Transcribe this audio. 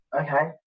okay